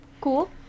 Cool